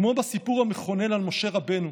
כמו בסיפור המכונן על משה רבנו,